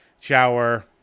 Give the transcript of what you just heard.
shower